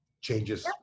changes